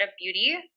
Beauty